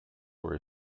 were